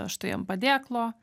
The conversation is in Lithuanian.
štai ant padėklo